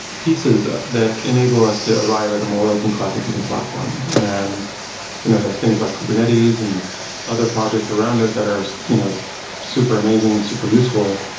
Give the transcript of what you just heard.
pieces that enable us to arrive at a more open cloud computing platform and you know there are things like kubernetes and other projects around that that are you know super amazing and super useful.